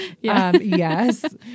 Yes